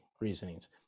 reasonings